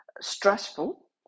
stressful